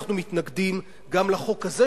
אנחנו מתנגדים גם לחוק הזה,